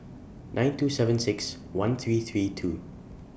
nine two seven six one three three two